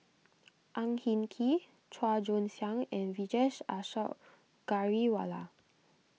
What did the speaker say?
Ang Hin Kee Chua Joon Siang and Vijesh Ashok Ghariwala